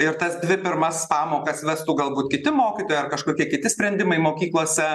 ir tas dvi pirmas pamokas vestų galbūt kiti mokytojai ar kažkokie kiti sprendimai mokyklose